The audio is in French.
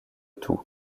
tout